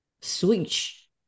Switch